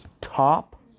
top